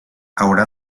haurà